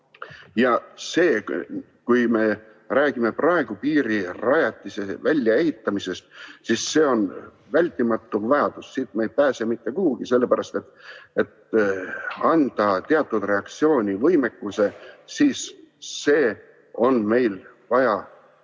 Kui me räägime praegu piirirajatise väljaehitamisest, siis see on vältimatu vajadus, siit me ei pääse mitte kuhugi. Selleks, et anda teatud reaktsioonivõimekus, on meil vaja see